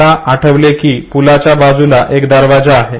मला आठवले कि पूलाच्या बाजूला एक दरवाजा आहे